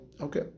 Okay